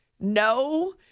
No